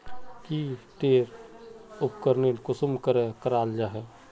की टेर उपकरण कुंसम करे कराल जाहा जाहा?